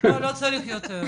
לא, לא צריך יותר.